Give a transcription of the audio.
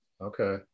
Okay